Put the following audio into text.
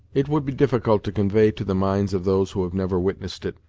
it would be difficult to convey to the minds of those who have never witnessed it,